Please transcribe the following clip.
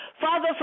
Father